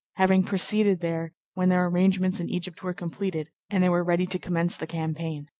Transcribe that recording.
having proceeded there when their arrangements in egypt were completed, and they were ready to commence the campaign.